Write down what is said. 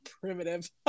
primitive